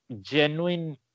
genuine